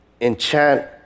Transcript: enchant